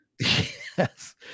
Yes